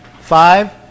Five